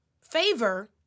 favor